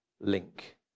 link